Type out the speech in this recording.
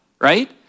right